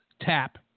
tap